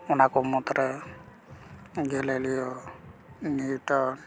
ᱚᱱᱟ ᱠᱚ ᱢᱩᱫᱽᱨᱮ ᱜᱮᱞᱤᱞᱤᱭᱳ ᱱᱤᱭᱩᱴᱚᱱ